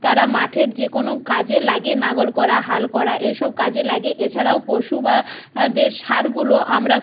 তারা মাঠের যে কোনো কাজে লাগে লাঙল করা হাল করা এই সব কাজে লাগে এছাড়াও পশু বা দের সারগুলো আমরা